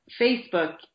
Facebook